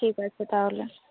ঠিক আছে তাহলে